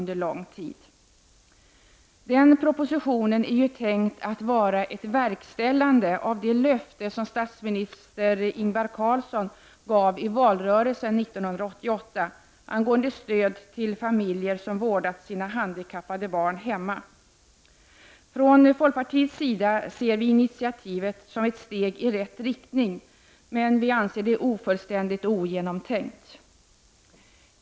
Den propositionen är ju tänkt att vara ett verkställande av det löfte som statsminister Ingvar Carlsson gav i valrörelsen 1988 angående stöd till familjer som vårdat sina handikappade barn hemma. Från folkpartiets sida ser vi initiativet som ett steg i rätt riktning, men vi anser att det är ofullständigt och ogenomtänkt.